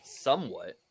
somewhat